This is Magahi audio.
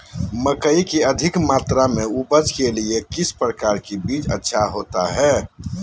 मकई की अधिक मात्रा में उपज के लिए किस प्रकार की बीज अच्छा होता है?